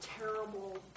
Terrible